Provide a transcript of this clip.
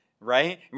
right